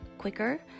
quicker